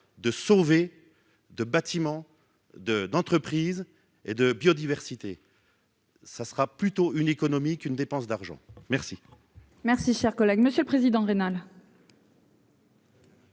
de sauver de bâtiments de d'entreprise et de biodiversité, ça sera plutôt une économique, une dépense d'argent merci.